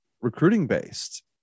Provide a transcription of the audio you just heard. recruiting-based